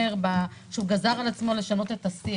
אומר שהוא גזר על עצמו לשנות את השיח.